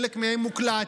חלק מהם מוקלט.